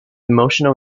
emotional